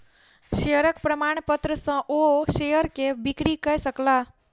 शेयरक प्रमाणपत्र सॅ ओ अपन शेयर के बिक्री कय सकला